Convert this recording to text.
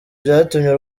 byatumye